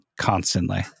constantly